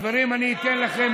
איתן, איתן,